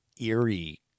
eerie